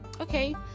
okay